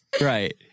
Right